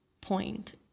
point